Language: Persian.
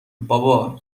بابا